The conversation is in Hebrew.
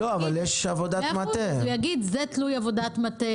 אז הוא יגיד: זה תלוי עבודת מטה,